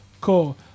Cool